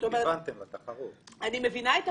אבל לשם כיוונתם, לתחרות.